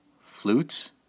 flutes